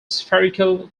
spherical